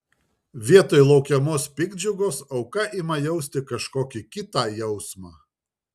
vietoj laukiamos piktdžiugos auka ima jausti kažkokį kitą jausmą